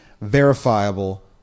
verifiable